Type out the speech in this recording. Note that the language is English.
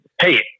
hey